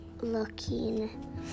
looking